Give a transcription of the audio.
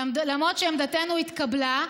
למרות שעמדתנו התקבלה,